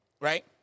right